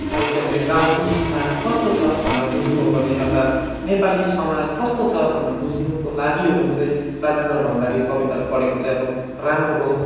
साहित्यमा चाहिँ गाउँको स्थान कस्तो छ भनेर बुझ्नु हो भने अर्थात् नेपाली समाज कस्तो छ भनेर बुझ्नुको लागि हो भने चाहिँ राजेन्द्र भण्डारीको कविताहरू पढेको चाहिँ अब राम्रो हो